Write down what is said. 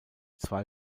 zwei